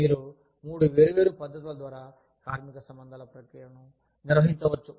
మీరు మూడు వేర్వేరు పద్ధతుల ద్వారా కార్మిక సంబంధాల ప్రక్రియను నిర్వహించవచ్చు